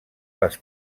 les